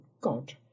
God